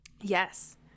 Yes